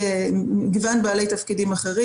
המודל של הפללה שקיים אצלנו.